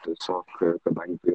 tiesiog ir kadangi